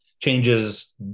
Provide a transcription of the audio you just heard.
changes